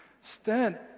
Stand